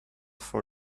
for